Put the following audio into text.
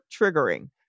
triggering